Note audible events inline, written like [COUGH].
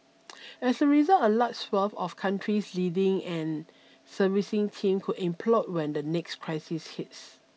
[NOISE] as a result a large swathe of country's leading and servicing team could implode when the next crisis hits